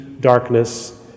darkness